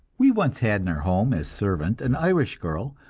we once had in our home as servant an irish girl,